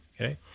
Okay